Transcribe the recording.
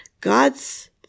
God's